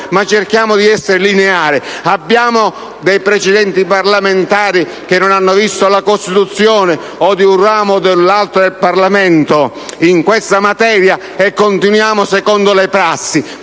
cerchiamo di essere lineari. Abbiamo dei precedenti parlamentari che non hanno visto la costituzione di un ramo o dell'altro del Parlamento in questa materia: continuiamo secondo le prassi!